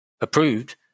approved